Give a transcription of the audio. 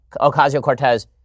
Ocasio-Cortez